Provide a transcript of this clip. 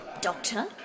Doctor